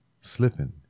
slipping